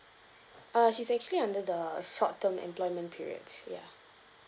uh she's actually under the short term employment periods ya